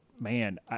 Man